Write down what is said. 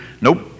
nope